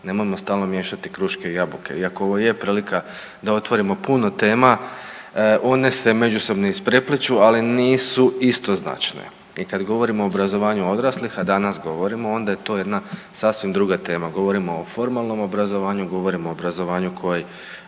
nemojmo stalno miješati kruške i jabuke. Iako ovo je prilika da otvorimo puno tema one se međusobno isprepliću, ali nisu istoznačne. I kad govorimo o obrazovanju odraslih, a danas govorimo onda je to jedna sasvim druga tema, govorimo o formalnom obrazovanju, govorimo o obrazovanju koje